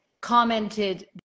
commented